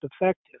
effective